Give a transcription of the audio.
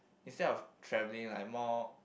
instead of travelling like more